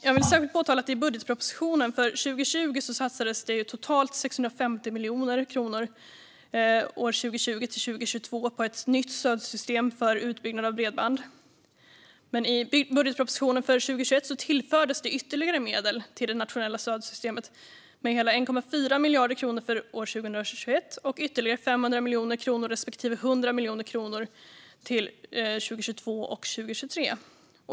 Jag vill särskilt påpeka att det i budgetpropositionen för 2020 satsades totalt 650 miljoner kronor för 2020-2022 på ett nytt stödsystem för utbyggnad av bredband. I budgetpropositionen för 2021 tillfördes ytterligare medel till det nationella stödsystemet, hela 1,4 miljarder kronor för 2021, och ytterligare 500 miljoner kronor respektive 100 miljoner kronor för 2022 och 2023.